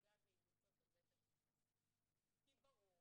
שהושגה באילוצו של בית המשפט, כי ברור,